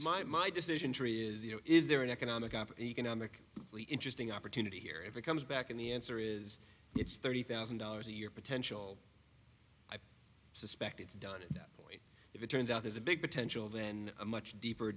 my my decision tree is you know is there an economic up and economic really interesting opportunity here if it comes back and the answer is it's thirty thousand dollars a year potential suspect it's done in that way if it turns out there's a big potential then a much deeper